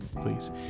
please